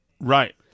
Right